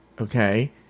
okay